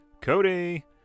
Cody